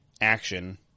action